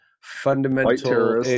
fundamental